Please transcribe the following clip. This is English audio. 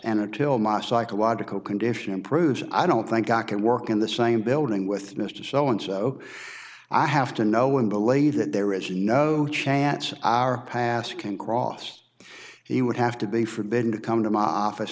and until my psychological condition improves i don't think i can work in the same building with mr so and so i have to know when believe that there is no chance our past can cross he would have to be forbidden to come to my office